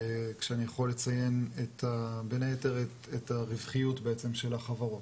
כשאני יכול לציין בין היתר את הרווחיות של החברות